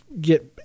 get